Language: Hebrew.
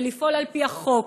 ולפעול על פי החוק,